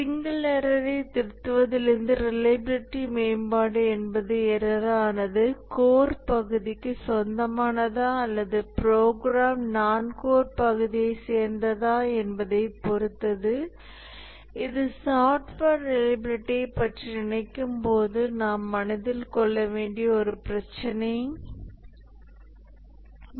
single எரர்ரை திருத்துவதிலிருந்து reliability மேம்பாடு என்பது எரர்ரானது கோர்ப் பகுதிக்கு சொந்தமானதா அல்லது ப்ரோக்ராம் நான் கோர் பகுதியைச் சேர்ந்ததா என்பதைப் பொறுத்தது இது சாஃப்ட்வேர் ரிலையபிலிட்டியைப் பற்றி நினைக்கும் போது நாம் மனதில் கொள்ள வேண்டிய ஒரு பிரச்சினை இது